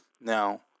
Now